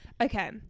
Okay